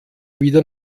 wieder